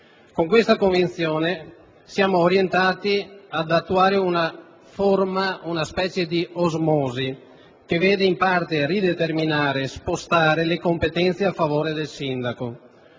Con questa convinzione siamo orientati ad attuare una specie di osmosi, che vede in parte rideterminare e spostare le competenze a favore del sindaco,